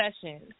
Sessions